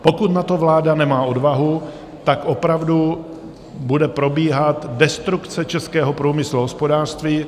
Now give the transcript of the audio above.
Pokud na to vláda nemá odvahu, opravdu bude probíhat destrukce českého průmyslu a hospodářství.